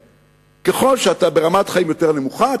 ככל שאתה ברמת חיים יותר נמוכה,